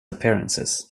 appearances